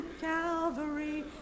calvary